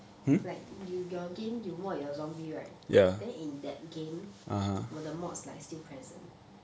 like you your game you mod~ your zombie right then in that game were the mods like still present